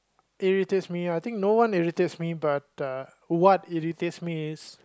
irritates me I think no one irritates me but uh what irritates me is